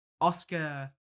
Oscar